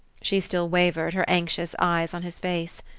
she still wavered, her anxious eyes on his face.